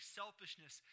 selfishness